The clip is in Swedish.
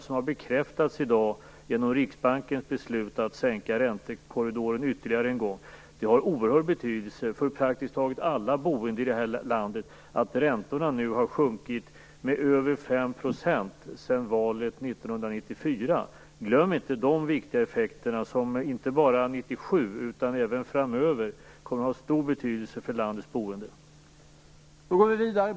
Den har också bekräftats i dag genom riksbankens beslut att sänka räntekorridoren ytterligare en gång. Det har en oerhörd betydelse för praktiskt taget alla boende i det här landet att räntorna nu har sjunkit med över 5 % sedan valet 1994. Glöm inte de viktiga effekterna! De kommer att ha stor betydelse för landets boende inte bara under 1997 utan även fram över.